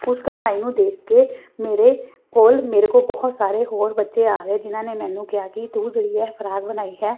ਉਸ ਕਢਾਈ ਨੂੰ ਦੇਖ ਕੇ ਮੇਰੇ ਕੋਲ ਮੇਰੇ ਕੋਲ ਬਹੁਤ ਸਾਰੇ ਹੋਰ ਬੱਚੇ ਆ ਗਏ ਜਿਨ੍ਹਾਂ ਨੇ ਮੈਨੂੰ ਕਿਹਾ ਕਿ ਤੂੰ ਜਿਹੜੀ ਇਹ ਫਰਾਕ ਬਣਾਈ ਹੈ